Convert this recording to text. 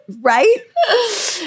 Right